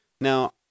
Now